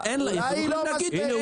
זה שאין --- הנה,